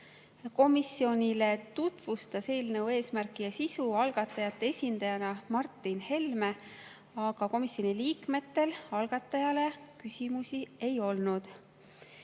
Komisjonile tutvustas eelnõu eesmärki ja sisu algatajate esindajana Martin Helme. Komisjoni liikmetel algatajale küsimusi ei olnud.